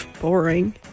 Boring